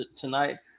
tonight